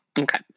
Okay